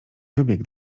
wybieg